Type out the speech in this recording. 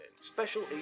Special